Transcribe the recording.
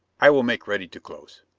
i will make ready to close.